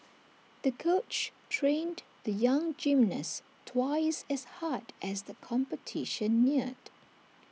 the coach trained the young gymnast twice as hard as the competition neared